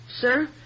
Sir